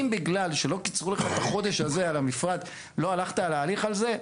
אם בגלל שלא קיצרו לך את החודש הזה על המפרט לא הלכת על ההליך הזה,